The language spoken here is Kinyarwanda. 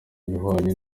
ibihwanye